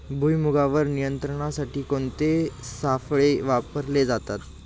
भुईमुगावर नियंत्रणासाठी कोणते सापळे वापरले जातात?